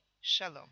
Shalom